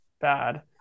bad